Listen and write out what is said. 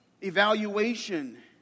evaluation